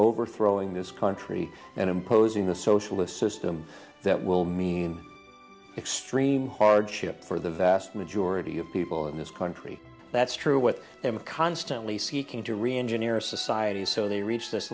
overthrowing this country and imposing the socialist system that will mean extreme hardship for the vast majority of people in this country that's true with them constantly seeking to reengineer a society so they reach th